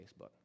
Facebook